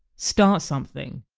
start something.